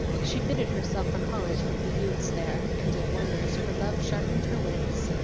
she fitted herself for college with the youths there, and did wonders for love sharpened her wits,